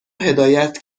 هدایت